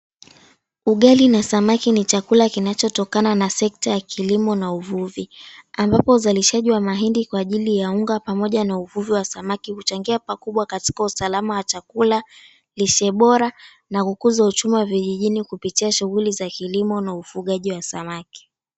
Ugali na samaki ni chakula kinachotokana na sekta ya kilimo na uvuvi. Ambapo uzalishaji wa mahindi kwa ajili ya unga pamoja na uvuvi wa samaki huchangia pakubwa katika usalama wa chakula, lishe bora na kukuza uchumi wa vijijini kupitia shughuli za kilimo na ufugaji wa samaki.